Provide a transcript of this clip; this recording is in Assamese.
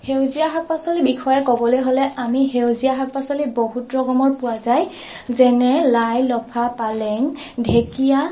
সেউজীয়া শাক পাচলিৰ বিষয়ে ক'বলৈ হ'লে আমি সেউজীয়া শাক পাচলি বহুত ৰকমৰ পোৱা যায় যেনে লাই লফা পালেং ঢেকীয়া